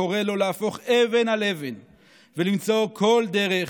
וקורא לו להפוך כל אבן ולמצוא כל דרך